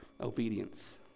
obedience